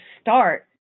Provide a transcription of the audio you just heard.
start